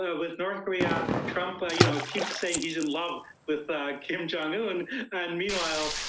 ah with north korea, trump ah you know and keeps saying he's in love with kim jong-un and meanwhile,